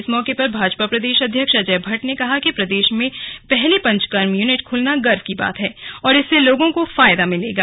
इस मौके पर भाजपा प्रदेश अध्यक्ष अजय भट्ट ने कहा कि प्रदेश में पहली पंचकर्म यूनिट खुलना गर्व की बात है और इससे लोगों को फायदा मिलेगा